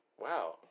Wow